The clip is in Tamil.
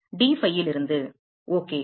d phi இலிருந்து ஓகே